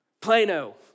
Plano